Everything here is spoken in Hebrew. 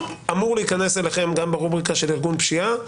אמור להיכנס אליכם גם ברובריקה של ארגון פשיעה.